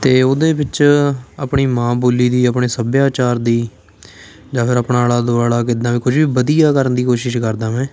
ਅਤੇ ਉਹਦੇ ਵਿੱਚ ਆਪਣੀ ਮਾਂ ਬੋਲੀ ਦੀ ਆਪਣੇ ਸੱਭਿਆਚਾਰ ਦੀ ਜਾਂ ਫਿਰ ਆਪਣਾ ਆਲਾ ਦੁਆਲਾ ਕਿੱਦਾਂ ਵੀ ਕੁਝ ਵੀ ਵਧੀਆ ਕਰਨ ਦੀ ਕੋਸ਼ਿਸ਼ ਕਰਦਾ ਮੈਂ